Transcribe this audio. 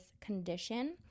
condition